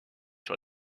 sur